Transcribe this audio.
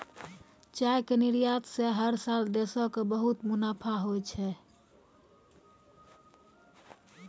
चाय के निर्यात स हर साल देश कॅ बहुत मुनाफा होय छै